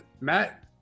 Matt